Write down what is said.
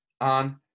on